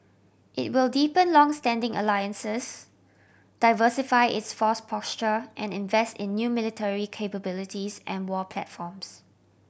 it will deepen long standing alliances diversify its force posture and invest in new military capabilities and war platforms